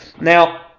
Now